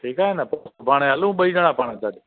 ठीकु आहे न पोइ सुभाणे हलूं ॿई ॼणा पाण गॾु